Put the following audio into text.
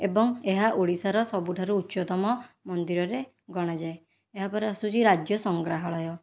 ଏବଂ ଏହା ଓଡ଼ିଶାର ସବୁଠାରୁ ଉଚ୍ଚତମ ମନ୍ଦିରରେ ଗଣାଯାଏ ଏହାପରେ ଆସୁଚି ରାଜ୍ୟ ସଂଗ୍ରହାଳୟ